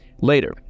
Later